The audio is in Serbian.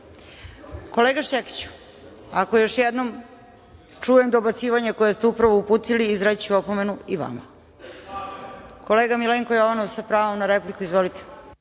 se“.Kolega Šćekiću, ako još jednom čujem dobacivanje koje ste upravo uputili, izreći ću opomenu i vama. Kolega Milenko Jovanov, pravo na repliku. Izvolite.